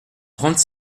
trente